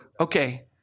Okay